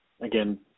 again